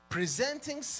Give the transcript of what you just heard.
Presenting